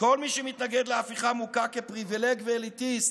כל מי שמתנגד להפיכה מוכר כפריבילג ואליטיסט,